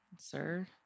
sir